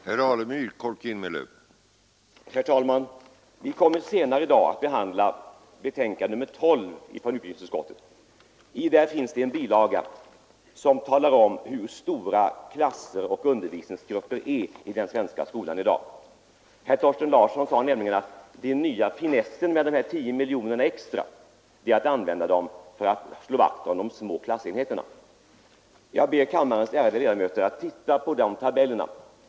Herr talman! Vi kommer senare i dag att behandla utbildningsutskottets betänkande nr 12, och där finns det några bilagor som visar hur stora klasserna och undervisningsgrupperna är nu i den svenska skolan. Herr Larsson i Staffanstorp sade att finessen med de 10 miljonerna är att de skall användas för att skapa små klassenheter, och då ber jag kammarens ärade ledamöter att läsa nämnda tabeller.